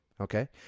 Okay